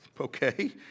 okay